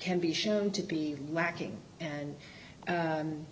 can be shown to be lacking and